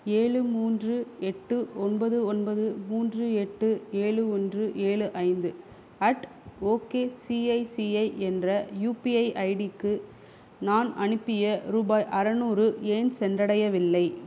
ஏழு மூன்று எட்டு ஒன்பது ஒன்பது மூன்று எட்டு ஏழு ஒன்று ஏழு ஐந்து அட் ஓகேசிஐசிஐ என்ற யுபிஐ ஐடிக்கு நான் அனுப்பிய ரூபாய் அறநூறு ஏன் சென்றடையவில்லை